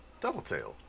Doubletail